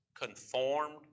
conformed